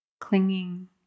clinging